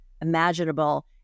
imaginable